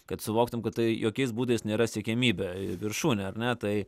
kad suvoktum kad tai jokiais būdais nėra siekiamybė viršūnė ar ne tai